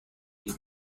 giro